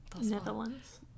Netherlands